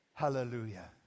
hallelujah